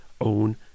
own